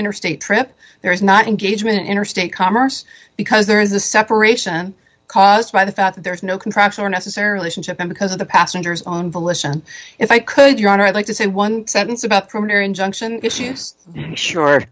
interstate trip there is not engagement interstate commerce because there is a separation caused by the fact that there is no contract or necessarily shipping because of the passenger's own volition if i could your honor i'd like to say one sentence about primary injunction issues sure